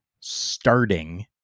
starting